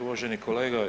Uvaženi kolega.